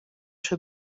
się